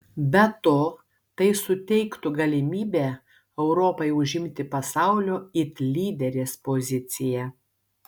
be to tai suteiktų galimybę europai užimti pasaulio it lyderės poziciją